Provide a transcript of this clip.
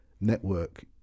network